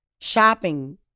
Shopping